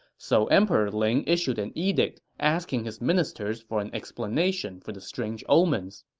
so emperor ling issued an edict asking his ministers for an explanation for the strange omens.